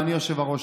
אדוני היושב-ראש,